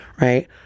Right